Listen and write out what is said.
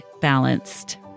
balanced